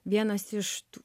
vienas iš tų